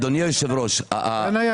אם לא יהיה הגידור, זו המשמעות.